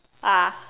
ah